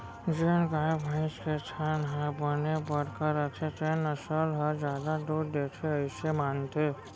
जेन गाय, भईंस के थन ह बने बड़का रथे तेन नसल ह जादा दूद देथे अइसे मानथें